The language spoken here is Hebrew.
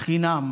חינם